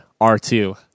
R2